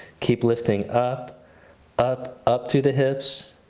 keep lifting up up up to the hips.